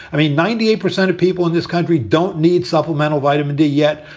i mean, ninety eight percent of people in this country don't need supplemental vitamin d yet.